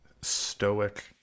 stoic